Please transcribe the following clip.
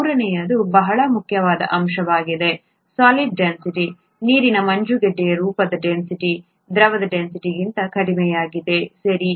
ಈ ಮೂರನೆಯದು ಬಹಳ ಮುಖ್ಯವಾದ ಅಂಶವಾಗಿದೆ ಸಾಲಿಡ್ ಡೆನ್ಸಿಟಿ ನೀರಿನ ಮಂಜುಗಡ್ಡೆಯ ರೂಪದ ಡೆನ್ಸಿಟಿ ದ್ರವದ ಡೆನ್ಸಿಟಿಗಿಂತ ಕಡಿಮೆಯಾಗಿದೆ ಸರಿ